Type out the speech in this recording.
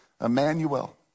Emmanuel